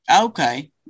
okay